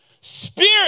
spirit